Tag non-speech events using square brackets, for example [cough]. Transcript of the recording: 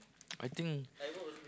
[noise] I think